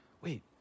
wait